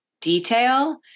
detail